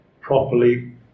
properly